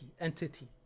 entity